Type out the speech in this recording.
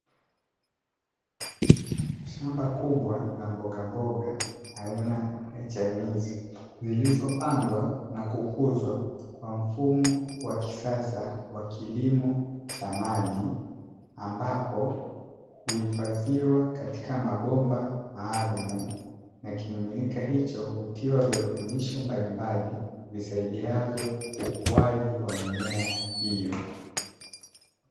Shamba kubwa la mbogamboga aina ya chainizi zilizopandwa na kukuzwa kwa mfumo wa kisasa wa kilimo cha maji, ambapo huifadhiwa katika mabomba maalumu na kimiminika hicho hutiwa virutubisho mbalimbali visaidiavyo ukuaji wa mimea hiyo.